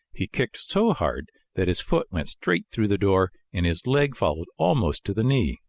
he kicked so hard that his foot went straight through the door and his leg followed almost to the knee.